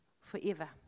forever